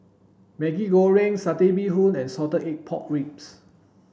Maggi Goreng satay bee hoon and salted egg pork ribs